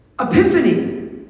Epiphany